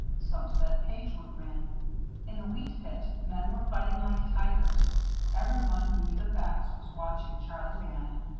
some said page would win in the wheat pit men were fighting like tigers every one who knew the facts was watching charlie bannon.